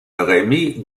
rémy